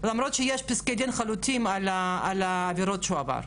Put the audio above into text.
שיש פסקי דין חלוטים על עבירות שהוא עבר.